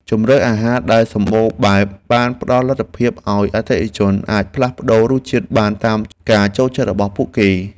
ជម្រើសអាហារដែលសម្បូរបែបបានផ្តល់លទ្ធភាពឱ្យអតិថិជនអាចផ្លាស់ប្តូររសជាតិបានតាមការចូលចិត្តរបស់ពួកគេ។